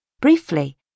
Briefly